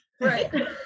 right